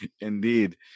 indeed